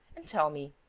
and tell me,